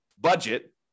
budget